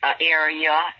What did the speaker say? area